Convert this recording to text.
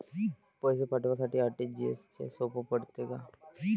पैसे पाठवासाठी आर.टी.जी.एसचं सोप पडते का?